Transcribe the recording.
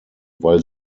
weil